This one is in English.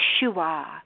Yeshua